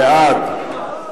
בעד, 21,